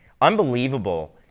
unbelievable